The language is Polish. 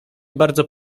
bardzo